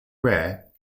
rare